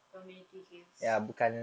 community case